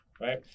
right